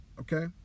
Okay